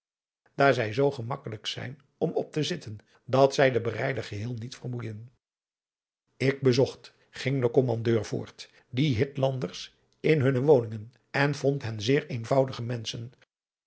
daar zij zoo gemakkelijk zijn om op te zitten dat zij den berijder geheel niet vermoeijen ik bezocht ging de kommandeur voort die hitlanders in hunne woningen en vond hen zeer eenvoudige menschen